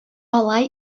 алай